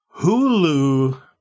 Hulu